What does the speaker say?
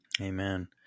Amen